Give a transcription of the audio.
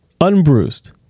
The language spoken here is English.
unbruised